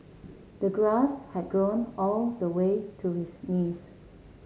the grass had grown all the way to his knees